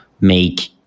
make